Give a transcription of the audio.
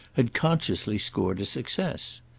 had consciously scored a success.